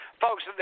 Folks